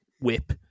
whip